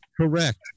Correct